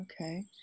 okay